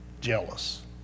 jealous